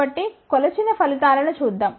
కాబట్టి కొలిచిన ఫలితాలను చూద్దాం